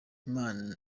inama